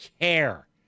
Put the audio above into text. care